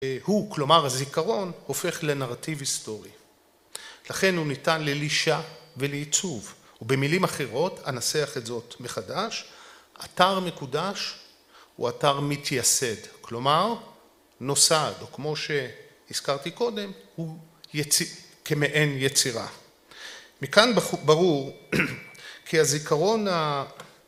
הוא, כלומר הזיכרון, הופך לנרטיב היסטורי. לכן הוא ניתן ללישה ולעיצוב. ובמילים אחרות, אנסח את זאת מחדש, אתר מקודש הוא אתר מתייסד. כלומר, נוסד, או כמו שהזכרתי קודם, הוא כמעין יצירה. מכאן ברור, כי הזיכרון ה...